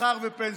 לשכר ופנסיות.